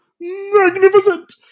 Magnificent